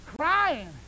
crying